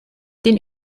den